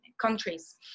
countries